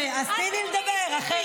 ממלכתית, ממלכתית.